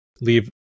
leave